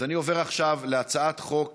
אז אני עובר עכשיו להצעת חוק